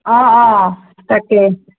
অ অ তাকেই